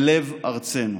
בלב ארצנו.